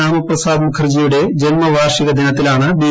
ശ്യാമപ്രസാദ് മുഖർജിയുടെ ജന്മവാർഷിക ദിനത്തിലാണ് ബി